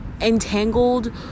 entangled